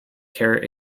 care